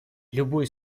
любой